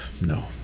No